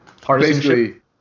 Partisanship